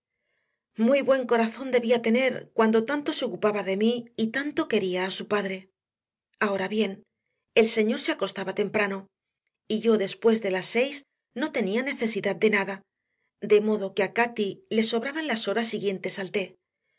muy buen corazón debía tener cuando tanto se ocupaba de mí y tanto quería a su padre ahora bien el señor se acostaba temprano y yo después de las seis no tenía necesidad de nada de modo que a cati le sobraban las horas siguientes al té